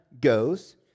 goes